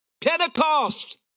Pentecost